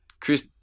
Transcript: Chris